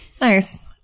nice